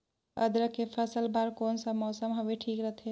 अदरक के फसल बार कोन सा मौसम हवे ठीक रथे?